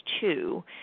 two